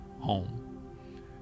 home